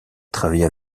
travaillé